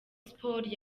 sports